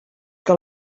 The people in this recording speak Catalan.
que